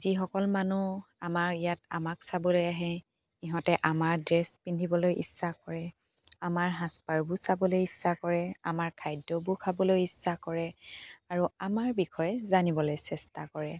যিসকল মানুহ আমাৰ ইয়াত আমাক চাবলৈ আহে ইহঁতে আমাৰ ড্ৰেছ পিন্ধিবলৈ ইচ্ছা কৰে আমাৰ সাজ পাৰবোৰ চাবলৈ ইচ্ছা কৰে আমাৰ খাদ্যবোৰ খাবলৈ ইচ্ছা কৰে আৰু আমাৰ বিষয়ে জানিবলৈ চেষ্টা কৰে